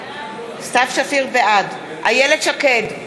בעד איילת שקד,